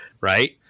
right